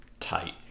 tight